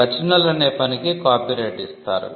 రచనలు అనే పనికి కాపీరైట్ ఇస్తారు